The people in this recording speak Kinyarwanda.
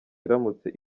iramutse